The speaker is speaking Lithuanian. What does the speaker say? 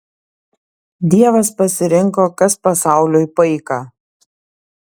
dievas pasirinko kas pasauliui paika